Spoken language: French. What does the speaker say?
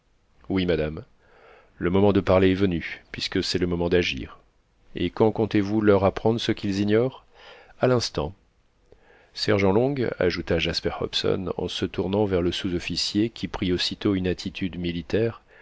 oui madame le moment de parler est venu puisque c'est le moment d'agir et quand comptez-vous leur apprendre ce qu'ils ignorent à l'instant sergent long ajouta jasper hobson en se tournant vers le sous-officier qui prit aussitôt une attitude militaire